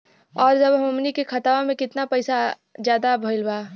और अब हमनी के खतावा में कितना पैसा ज्यादा भईल बा?